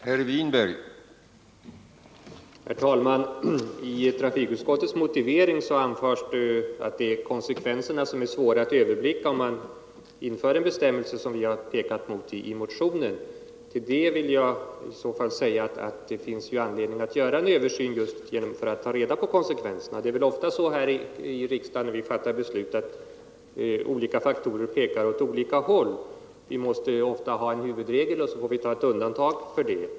Herr talman! I trafikutskottets motivering anförs det att konsekvenserna blir svåra att överblicka om man inför en sådan bestämmelse som den vi har ifrågasatt i motionen. Men det finns ju anledning att göra en utredning just för att ta reda på konsekvenserna. Det är väl ofta så, när riksdagen fattar beslut, att olika faktorer pekar åt olika håll, och inte sällan måste vi ha en huvudregel och sedan göra undantag från den.